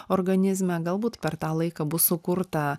organizme galbūt per tą laiką bus sukurta